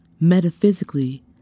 Metaphysically